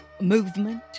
movement